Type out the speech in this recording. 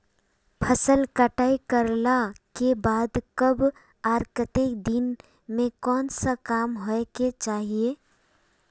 फसल कटाई करला के बाद कब आर केते दिन में कोन सा काम होय के चाहिए?